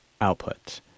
output